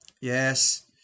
Yes